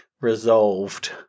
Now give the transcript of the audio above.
resolved